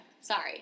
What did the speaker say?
Sorry